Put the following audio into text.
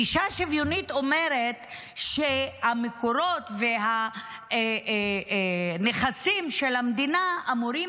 גישה שוויונית אומרת שהמקורות והנכסים של המדינה אמורים